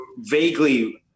vaguely